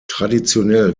traditionell